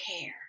care